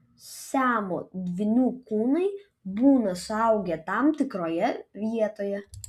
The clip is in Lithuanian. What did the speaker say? siamo dvynių kūnai būna suaugę tam tikroje vietoje